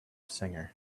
singer